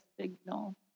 signal